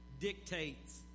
dictates